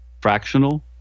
Fractional